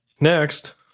Next